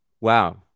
Wow